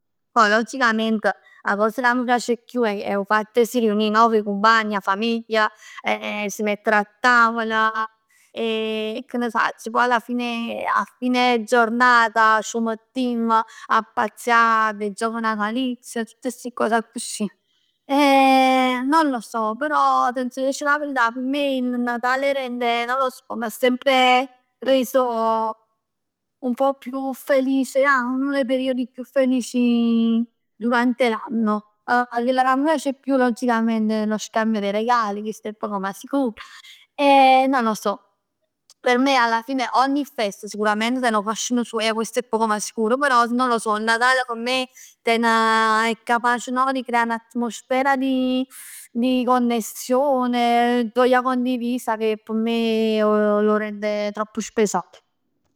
Poi logicament 'a cosa ca m' piace 'e chiù è 'o fatt 'e si riunì, no? Cu 'e cumpagn, 'a famiglia, 'e si mettere a tavola. E che ne sacc, poi alla fine, a fine giornata c' mettimm a pazzia cu 'e giochi natalizi. Tutt sti cos accussì. E non lo so, però, t'aggia dicere 'a verità, per me il Natale rende, non lo so, mi ha sempre reso, un pò più felice ja, uno dei periodi più felici durante l'anno. Chell ca m' piace 'e chiù logicamente è lo scambio dei regali, chest è poco ma sicuro e non lo so. P' me alla fine ogni festa sicuramente ten 'o fascino suoj e questo è poco ma sicuro, però non lo so, il Natale p' me ten è capace no? 'E creà l'atmosfera di di connessione, gioia condivisa, che p' me lo rende troppo speciale.